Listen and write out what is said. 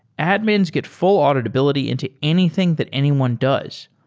admins get full auditability into anything that anyone does.